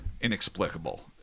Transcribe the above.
inexplicable